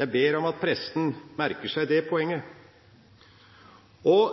Jeg ber om at pressen merker seg det poenget.